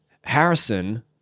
Harrison